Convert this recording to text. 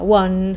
one